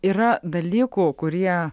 yra dalykų kurie